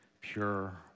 pure